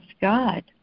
God